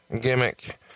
gimmick